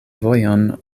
vojon